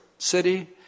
City